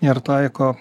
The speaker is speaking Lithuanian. ir taiko